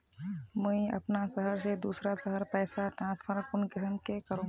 मुई अपना शहर से दूसरा शहर पैसा ट्रांसफर कुंसम करे करूम?